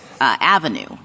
avenue